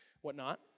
whatnot